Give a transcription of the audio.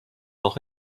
noch